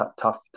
tough